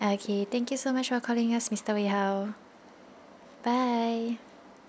okay thank you so much for calling us mister wei hao bye